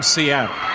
Seattle